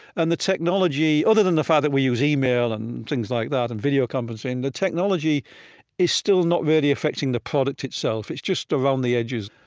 and the technology other than the fact that we use email and things like that, and video conferencing the technology is still not really affecting the product itself. it's just around the edges